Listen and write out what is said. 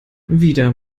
wieder